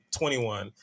21